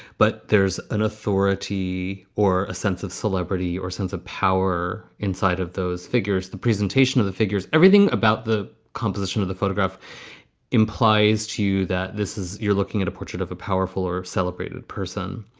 but there's an authority or a sense of celebrity or sense of power inside of those figures, the presentation of the figures, everything about the composition of the photograph implies to you that this is you're looking at a portrait of a powerful or celebrated person.